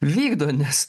vykdo nes